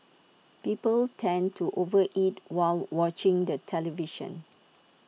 people tend to over eat while watching the television